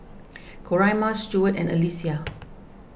Coraima Stuart and Alyssia